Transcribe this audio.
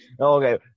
Okay